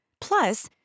Plus